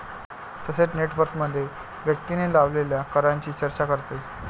तसेच नेट वर्थमध्ये व्यक्तीने लावलेल्या करांची चर्चा करते